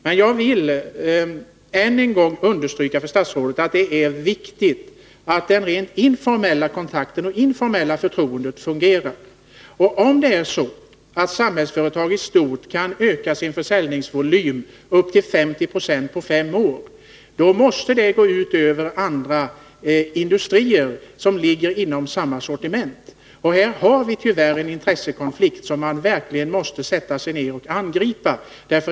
Men jag vill än en gång understryka för statsrådet att det är viktigt att den rent informella kontakten och det informella förtroendet fungerar. Om Samhällsföretag i stort kan öka sin försäljningsvolym upp till 50 26 på fem år, då måste det gå ut över andra industrier med samma sortiment. Här har vi tyvärr en intressekonflikt, som vi verkligen måste angripa.